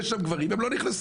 יש שם גברים והן לא נכנסות.